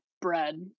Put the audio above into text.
bread